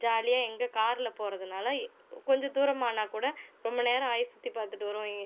ஜாலியாக எங்கள் காரில் போகிறதுனால கொஞ்சம் தூரம் ஆனால் கூட ரொம்ப நேரம் ஆகி சுற்றி பார்த்துகிட்டு வருவோம்